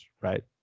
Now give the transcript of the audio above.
right